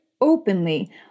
openly